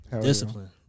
Discipline